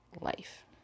life